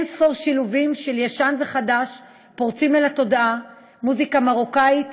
אין-ספור שילובים של ישן וחדש פורצים אל התודעה: מוזיקה מרוקאית,